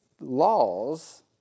laws